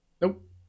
nope